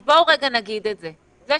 אז בואו רגע נגיד את זה,